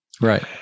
right